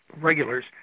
regulars